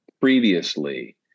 previously